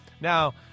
Now